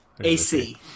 AC